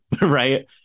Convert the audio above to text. Right